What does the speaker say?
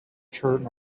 turn